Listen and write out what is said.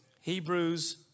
Hebrews